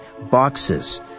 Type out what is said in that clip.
Boxes